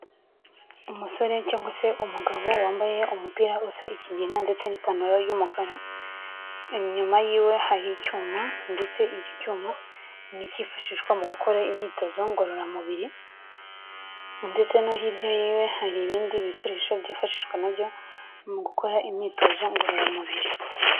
Umusore cyangwa se umugabo wambaye umupira usa ikigina ndetse n'ipantaro y'umukara, inyuma y'iwe hari icyuma ndetse iki cyuma ni ikifashishwa mu gukora imyitozo ngororamubiri, ndetse no hirya y'iwe hari ibindi bikoresho byifashishwa nabyo mu gukora imyitozo ngororamubiri.